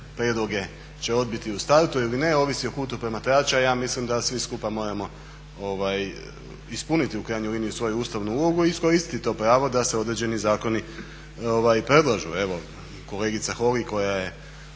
prijedlog će odbiti u startu ili ne ovisi o kutu promatrača. Ja mislim da svi skupa moramo ispuniti u krajnjoj liniji svoju ustavnu liniju i iskoristiti to pravo da se određeni zakoni predlažu. Evo kolegica Holy koja,